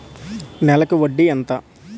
నెలకి వడ్డీ ఎంత?